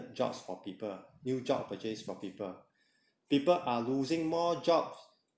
jobs for people new job opportunities for people people are losing more jobs